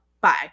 Bye